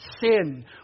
sin